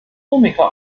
komiker